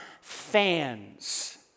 fans